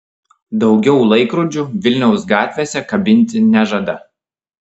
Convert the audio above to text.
daugiau laikrodžių vilniaus gatvėse kabinti nežada